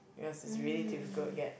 because is really difficult to get